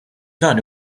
dan